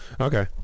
Okay